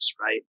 right